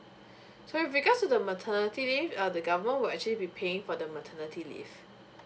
so with regards to the maternity leave uh the government will actually be paying for the maternity leave